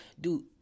dude